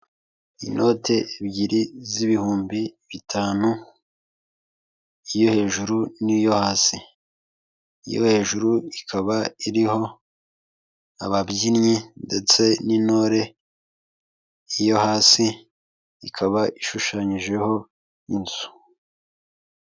Inote ebyiri z'ibihumbi bitanu iyo hejuru n'iyo hasi iyo hejuru ikaba iriho ababyinnyi ndetse n'intore iyo hasi ikaba ishushanyijeho inzu.